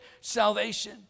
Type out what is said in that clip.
salvation